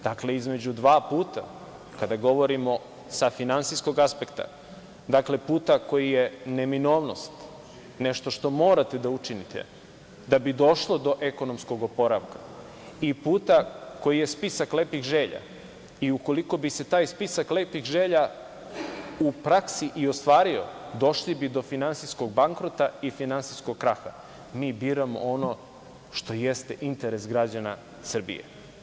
Dakle, između dva puta, kada govorimo sa finansijskog aspekta, dakle, puta koji je neminovnost, nešto što morate da učinite da bi došlo do ekonomskog oporavka i puta koji je spisak lepih želja i ukoliko bi se taj spisak lepih želja u praksi i ostvario, došli bi do finansijskog bankrota i finansijskog kraha, mi biramo ono što jeste interes građana Srbije.